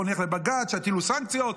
בואו נלך לבג"ץ שיטילו סנקציות,